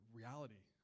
reality